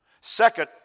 Second